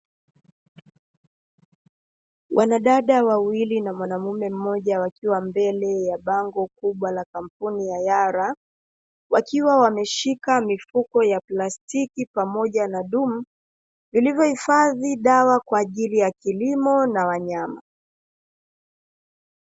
Wanadada wawili na mwanamume mmoja wakiwa mbele ya bango kubwa la kampuni ya yara, wakiwa wameshika mifuko ya plastiki pamoja na vidumu vilivyohifadhi dawa ya kilimo na wanyama.